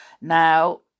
Now